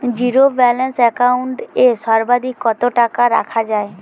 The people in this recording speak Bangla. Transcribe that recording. জীরো ব্যালেন্স একাউন্ট এ সর্বাধিক কত টাকা রাখা য়ায়?